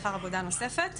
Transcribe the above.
שכר עבודה נוספת.